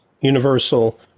universal